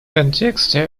контексте